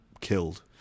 killed